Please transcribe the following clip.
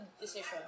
decision